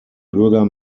bürger